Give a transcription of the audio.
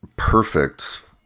perfect